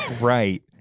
Right